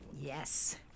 Yes